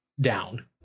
down